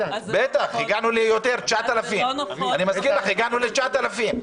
הגענו ליותר 9,000. אני מזכיר לך, הגענו ל-9,000.